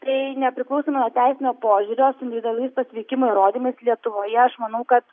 tai nepriklausomai nuo teisinio požiūrio su individualiais pasveikimo įrodymais lietuvoje aš manau kad